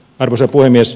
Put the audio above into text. arvoisa puhemies